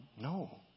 No